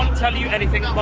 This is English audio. tell you anything